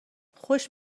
خوش